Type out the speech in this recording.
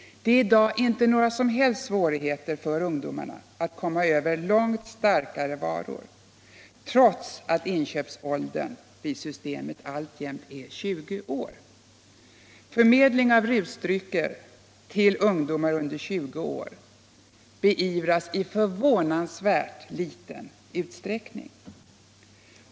Det är i dag inte några som helst svårigheter för ungdomarna att komma över långt starkare varor, trots att inköpsåldern vid Systemet alltjämt är 20 år. Förmedling av rusdrycker till ungdomar under 20 år beivras i förvånansvärt liten utsträckning.